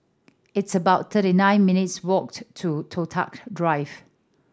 it's about thirty nine minutes' walk to Toh Tuck Drive